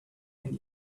and